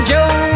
Joe